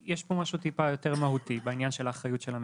יש פה משהו טיפה יותר מהותי בעניין האחריות של המדינה.